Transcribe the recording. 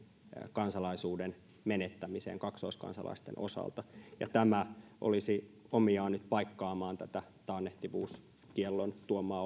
kansalaisuuden menettämiseen kaksoiskansalaisten osalta tämä olisi omiaan nyt paikkaamaan tätä taannehtivuuskiellon tuomaa